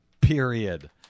period